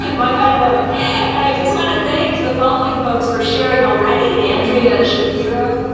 and my kind of woman. and i just want to make the following folks for sharing already. andrea shapiro.